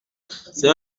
c’est